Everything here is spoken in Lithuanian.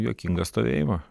juokingą stovėjimą